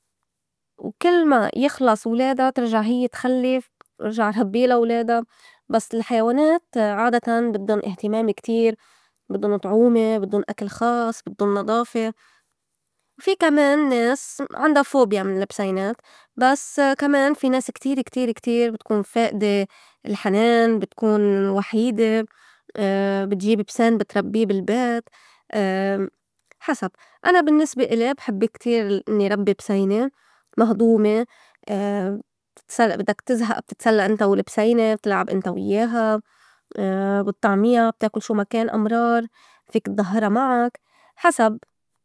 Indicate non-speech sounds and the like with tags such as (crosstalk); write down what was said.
وكل ما يخلص ولادا ترجع هيّ تخلّف وارجع هدّيلا ولادا. بس الحيوانات عادتاً بدُّن اهتمام كتير، بدُّن طعومه، بدُّن أكل خاص، بدُّن نضافه، في كمان ناس عندا فوبيا من البسينات بس كمان في ناس كتير- كتير- كتير بتكون فائدة الحنان بتكون وحيدة (hesitation) بتجيب بسان بتربّي بالبيت (hesitation) حسب أنا بالنّسبة إلي بحب كتير إنّي ربّي بسينة مهضومة (hesitation) بتتس- بدّك تزهق بتتسلّى انت والبسينات بتلعب انت ويّاها (hesitation) بطعمينا بتآكل شو ما كان أمرار فيك اتضهّرا معك حسب.